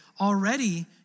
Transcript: already